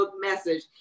message